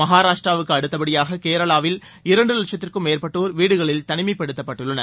மகாராஷ்டிராவுக்கு அடுத்த படியாக கேரளாவில் இரன்டு லட்சத்திற்கும் மேற்பட்டோர் வீடுகளில் தனிமைப்படுத்தப்பட்டுள்ளனர்